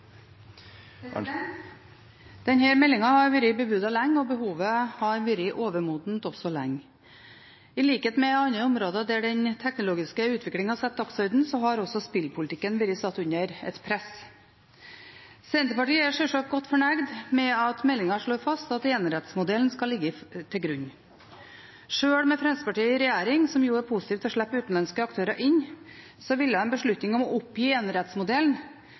behovet har også vært overmodent lenge. I likhet med andre områder der den teknologiske utviklingen setter dagsorden, har også spillpolitikken vært satt under et press. Senterpartiet er sjølsagt godt fornøyd med at meldingen slår fast at enerettsmodellen skal ligge til grunn. Sjøl med Fremskrittspartiet i regjering, som jo er positivt til å slippe utenlandske aktører inn, ville en beslutning om å oppgi enerettsmodellen